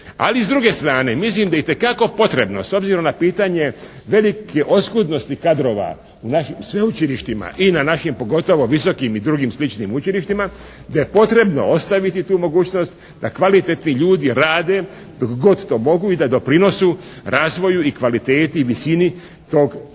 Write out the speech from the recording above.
ali s druge strane mislim da je itekako potrebno s obzirom na pitanje velike oskudnosti kadrova u našim sveučilištima i na našim pogotovo visokim i drugim sličnim učilištima da je potrebno ostaviti tu mogućnost da kvalitetni ljudi rade dok god to mogu i da doprinose razvoju i kvaliteti i visini te ustanove